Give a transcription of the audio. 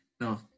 No